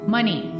Money